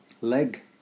leg